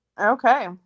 Okay